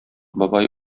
бабай